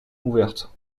ouverte